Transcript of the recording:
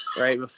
right